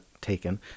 taken